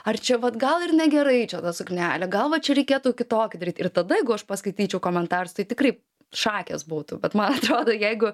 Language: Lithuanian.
ar čia vat gal ir negerai čia ta suknelė gal va čia reikėtų kitokį daryt ir tada jeigu aš paskaityčiau komentarus tai tikrai šakės būtų bet man atrodo jeigu